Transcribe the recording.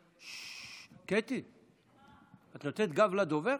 קטי, את נותנת גב לדובר?